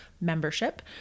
membership